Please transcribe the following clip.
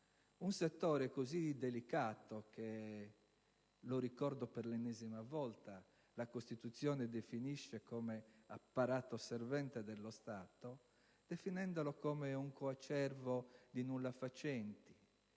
un settore così delicato, che - lo ricordo per l'ennesima volta - la Costituzione considera essere apparato servente dello Stato, come un coacervo di nullafacenti,